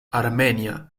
armenia